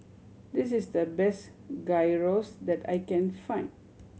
this is the best Gyros that I can find